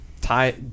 Tie